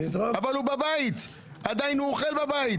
הוא בבית, עדיין הוא אוכל בבית.